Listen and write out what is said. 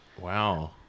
Wow